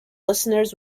listeners